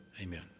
Amen